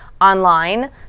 online